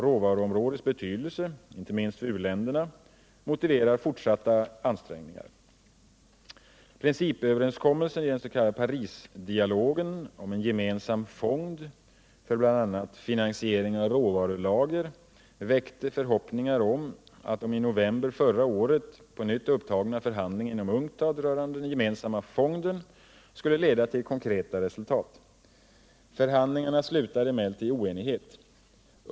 Råvaruområdets betydelse — inte minst för u-länderna — motiverar fortsatta ansträngningar, Principöverenskommelsen i den s.k. Parisdialogen om en gemensam fond för bl.a. finansiering av råvarulager väckte förhoppningar om att de i november förra året på nytt upptagna förhandlingarna inom UNCTAD rörande den gemensamma fonden skulle leda till konkreta resultat. Förhandlingarna slutade emellertid i oenighet.